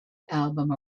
album